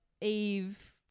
Eve